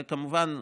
כמובן,